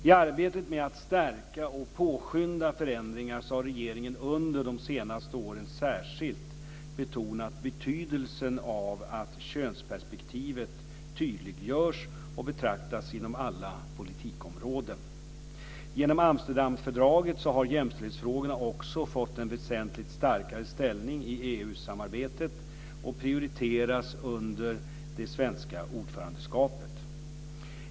I arbetet med att stärka och påskynda förändringar har regeringen under de senaste åren särskilt betonat betydelsen av att könsperspektivet tydliggörs och betraktas inom alla politikområden. Genom Amsterdamfördraget har jämställdhetsfrågorna också fått en väsentligt starkare ställning i EU-samarbetet och prioriteras under det svenska ordförandeskapet.